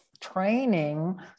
training